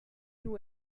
nur